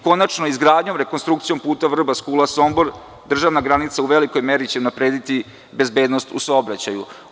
Konačno, izgradnjom i rekonstrukcijom puta Vrbas-Kula-Sombor državna granica će u velikoj meri unaprediti bezbednost u saobraćaju.